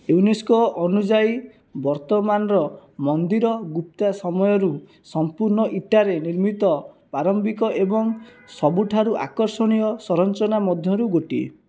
UNESCO ଅନୁଯାୟୀ ବର୍ତ୍ତମାନର ମନ୍ଦିର ଗୁପ୍ତା ସମୟରୁ ସମ୍ପୂର୍ଣ୍ଣ ଇଟାରେ ନିର୍ମିତ ପ୍ରାରମ୍ଭିକ ଏବଂ ସବୁଠାରୁ ଆକର୍ଷଣୀୟ ସରଞ୍ଚନା ମଧ୍ୟରୁ ଗୋଟିଏ